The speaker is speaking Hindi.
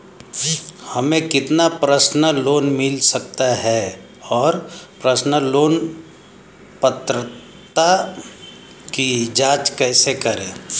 हमें कितना पर्सनल लोन मिल सकता है और पर्सनल लोन पात्रता की जांच कैसे करें?